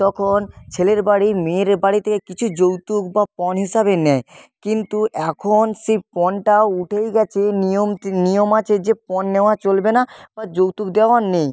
তখন ছেলের বাড়ি মেয়ের বাড়ি থেকে কিছু যৌতুক বা পণ হিসাবে নেয় কিন্তু এখন সেই পণটাও উঠেই গেছে নিয়ম নিয়ম আছে যে পণ নেওয়া চলবে না বা যৌতুক দেওয়া নেই